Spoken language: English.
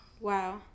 wow